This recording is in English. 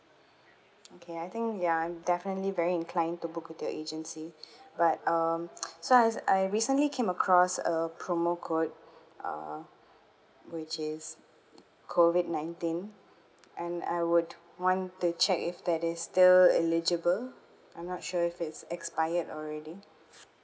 okay I think ya definitely very inclined to book with your agency but um so I I recently came across a promo code uh which is COVID nineteen and I would want to check if that is still eligible I'm not sure if it's expired already